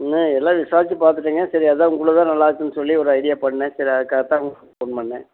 ம் எல்லாம் விசாரிச்சு பார்த்துட்டேங்க சரி அதுதான் உங்களது தான் நல்லாயிருக்குதுன்னு சொல்லி ஒரு ஐடியா பண்ணிணேன் சரி அதுக்காக தான் உங்களுக்கு ஃபோன் பண்ணிணேன்